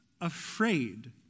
afraid